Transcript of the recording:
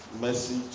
message